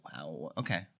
okay